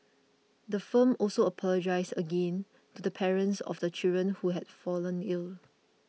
the firm also apologised again to the parents of the children who have fallen ill